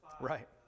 Right